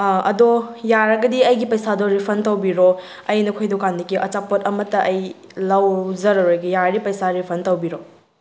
ꯑꯗꯣ ꯌꯥꯔꯒꯗꯤ ꯑꯩꯒꯤ ꯄꯩꯁꯥꯗꯣ ꯔꯤꯐꯟ ꯇꯧꯕꯤꯔꯣ ꯑꯩ ꯅꯈꯣꯏ ꯗꯨꯀꯥꯟꯗꯒꯤ ꯑꯆꯥꯄꯣꯠ ꯑꯃꯠꯇ ꯑꯩ ꯂꯧꯖꯔꯔꯣꯏꯒꯦ ꯌꯥꯔꯗꯤ ꯄꯩꯁꯥ ꯔꯤꯐꯟ ꯇꯧꯕꯤꯔꯣ